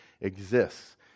exists